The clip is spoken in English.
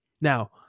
now